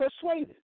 persuaded